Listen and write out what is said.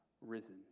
risen